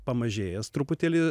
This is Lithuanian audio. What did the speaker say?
pamažėjęs truputėlį